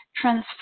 transform